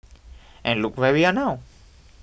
and look where we are now